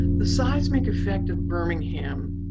the seismic affect of birmingham